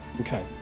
Okay